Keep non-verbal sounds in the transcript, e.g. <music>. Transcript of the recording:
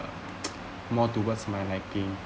<noise> more towards my liking